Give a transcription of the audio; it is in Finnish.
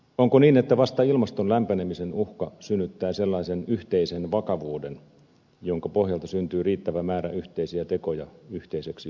onko niin että vasta ilmaston lämpenemisen uhka synnyttää sellaisen yhteisen vakavuuden jonka pohjalta syntyy riittävä määrä yhteisiä tekoja yhteiseksi hyväksi